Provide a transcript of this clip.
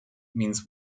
means